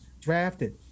drafted